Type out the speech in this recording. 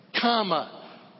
comma